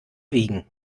wiegen